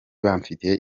bamfitiye